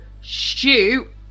shoot